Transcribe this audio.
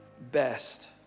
best